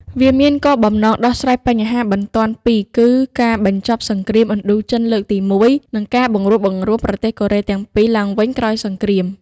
វាមានគោលបំណងដោះស្រាយបញ្ហាបន្ទាន់ពីរគឺ ការបញ្ចប់សង្គ្រាមឥណ្ឌូចិនលើកទី១ និងការបង្រួបបង្រួមប្រទេសកូរ៉េទាំងពីរឡើងវិញក្រោយសង្គ្រាម។